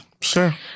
Sure